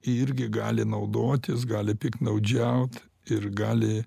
irgi gali naudotis gali piktnaudžiaut ir gali